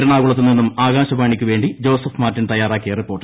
എറണാകുളത്തു നിന്നും ആകാശവാണിക്കു വേണ്ടി ജോസഫ് മാർട്ടിൻ തയ്യാറാക്കിയ റിപ്പോർട്ട്